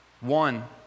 one